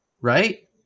right